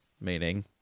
meaning